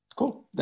Cool